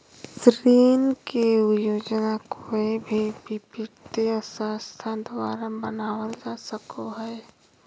ऋण के योजना कोय भी वित्तीय संस्था द्वारा बनावल जा सको हय